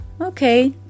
Okay